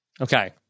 okay